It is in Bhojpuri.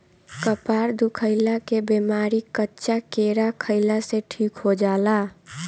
कपार दुखइला के बेमारी कच्चा केरा खइला से ठीक हो जाला